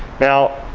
now,